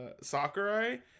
Sakurai